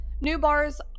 Newbar's